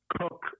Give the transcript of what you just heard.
Cook